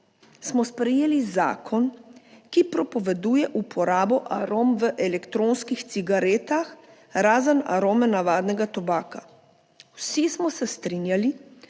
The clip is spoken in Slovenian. smo sprejeli zakon, ki prepoveduje uporabo arom v elektronskih cigaretah, razen arome navadnega tobaka. Vsi smo se strinjali,